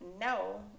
no